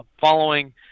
following